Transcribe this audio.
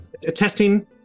Testing